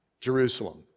Jerusalem